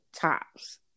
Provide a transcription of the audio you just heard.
tops